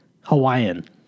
Hawaiian